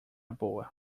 boa